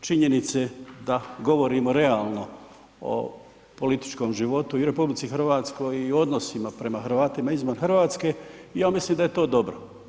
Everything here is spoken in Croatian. činjenice da govorimo realno o političkom životu i u RH i o odnosima prema Hrvatima izvan Hrvatske i ja mislim da je to dobro.